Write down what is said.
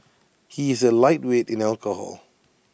he is A lightweight in alcohol